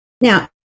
Now